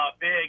big